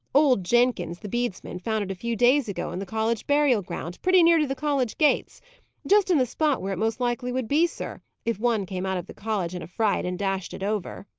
old jenkins, the bedesman, found it a few days ago in the college burial-ground, pretty near to the college gates just in the spot where it most likely would be, sir, if one came out of the college in a fright and dashed it over.